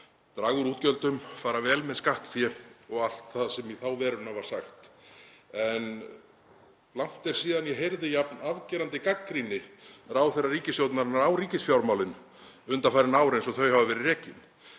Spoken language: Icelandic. draga úr útgjöldum, fara vel með skattfé og allt það sem í þá veruna var sagt. Það er langt síðan ég heyrði jafn afgerandi gagnrýni ráðherra ríkisstjórnarinnar á ríkisfjármálin undanfarin ár eins og þau hafa verið rekin.